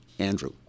Andrew